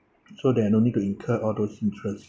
so that I don't need to incur all those interests